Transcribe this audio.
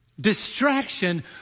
distraction